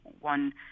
one